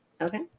Okay